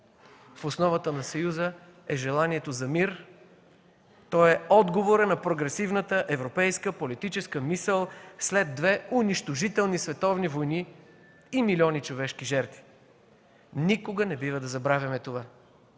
В основата на Съюза е желанието за мир. Той е отговорът на прогресивната европейска политическа мисъл след две унищожителни световни войни и милиони човешки жертви. Никога не бива да забравяме това.